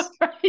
right